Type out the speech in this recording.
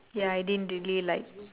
ya I didn't really like